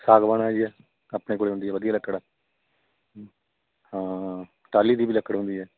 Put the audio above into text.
ਸਾਗਵਾਨ ਹੈ ਜੀ ਆਪਣੇ ਕੋਲ ਹੁੰਦੀ ਵਧੀਆ ਲੱਕੜ ਹਾਂ ਟਾਹਲੀ ਦੀ ਵੀ ਲੱਕੜ ਹੁੰਦੀ ਹੈ